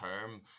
term